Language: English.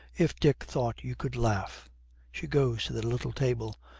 if dick thought you could laugh she goes to the little table.